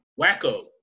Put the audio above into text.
Wacko